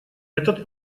этот